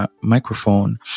microphone